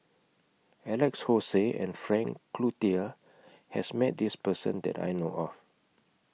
Alex Josey and Frank Cloutier has Met This Person that I know of